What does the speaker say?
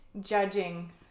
judging